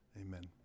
Amen